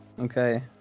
Okay